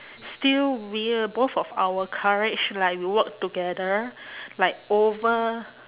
still we're both of our courage like we work together like over